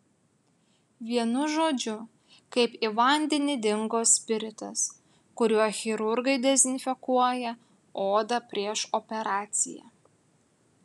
vienu žodžiu kaip į vandenį dingo spiritas kuriuo chirurgai dezinfekuoja odą prieš operaciją